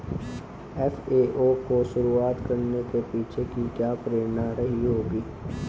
FAO को शुरू करने के पीछे की क्या प्रेरणा रही होगी?